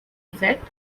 effect